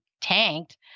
tanked